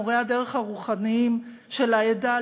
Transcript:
מורי הדרך הרוחניים של העדה,